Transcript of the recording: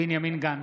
בנימין גנץ,